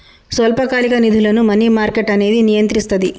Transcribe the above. స్వల్పకాలిక నిధులను money market అనేది నియంత్రిస్తది